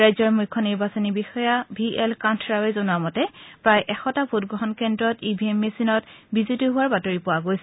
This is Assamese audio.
ৰাজ্যৰ মুখ্য নিৰ্বাচনী বিষয়া ভি এল কন্থৰাওৱে জনোৱা মতে প্ৰায় এশটা ভোটগ্ৰহণ কেন্দ্ৰত ই ভি এম মেচিনত বিজুতি হোৱাৰ বাতৰি পোৱা হৈছে